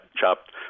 chopped